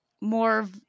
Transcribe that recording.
more